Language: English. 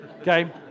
Okay